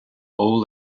all